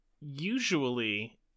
usually